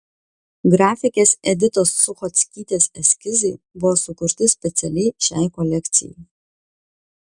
grafikės editos suchockytės eskizai buvo sukurti specialiai šiai kolekcijai